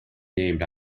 named